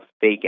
fake